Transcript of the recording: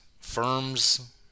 firms